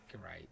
great